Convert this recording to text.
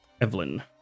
Evelyn